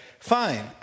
Fine